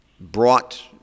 brought